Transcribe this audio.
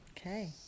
Okay